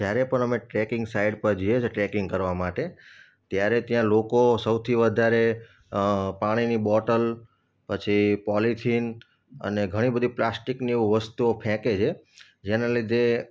જયારે પણ અમે ટ્રેકિંગ સાઈડ પર જઇએ છીએ ટ્રેકિંગ કરવા માટે ત્યારે ત્યાં લોકો સૌથી વધારે પાણીની બોટલ પછી પોલીથીન અને ઘણી બધી પ્લાસ્ટિકની વસ્તુઓ ફેંકે છે જેને લીધે